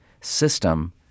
system